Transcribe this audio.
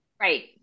Right